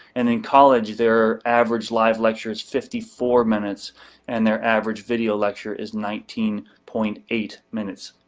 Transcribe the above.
and in college their average live lecture is fifty four minutes and their average video lecture is nineteen point eight minutes.